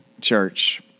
church